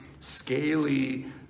scaly